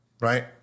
right